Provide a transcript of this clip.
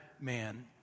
man